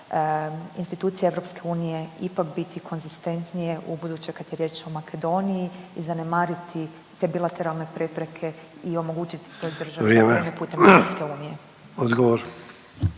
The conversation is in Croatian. institucije EU ipak biti konzistentnije u buduće kad je riječ o Makedoniji i zanemariti te bilateralne prepreke i omogućiti toj državi da